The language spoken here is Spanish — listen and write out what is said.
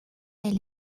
del